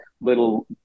little